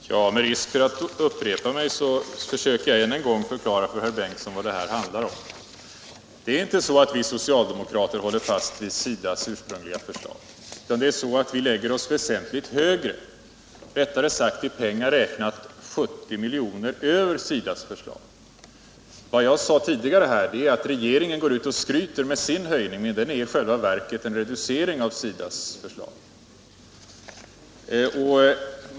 Herr talman! Med risk för att upprepa mig försöker jag än en gång förklara för herr Bengtson vad det här handlar om. Det är inte så att vi socialdemokrater håller fast vid SIDA:s ursprungliga förslag, utan vi lägger oss väsentligt högre, i pengar räknat 70 miljoner över SIDA:s förslag. Vad jag sade tidigare var att regeringen går ut och skryter med sin höjning — men den är i själva verket en reducering av SIDA:s förslag.